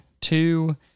two